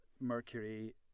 Mercury